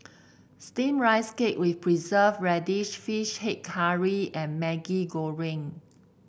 steamed Rice Cake with Preserved Radish fish head curry and Maggi Goreng